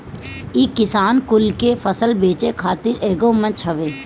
इ किसान कुल के फसल बेचे खातिर एगो मंच हवे